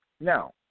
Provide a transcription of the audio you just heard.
Now